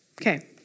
Okay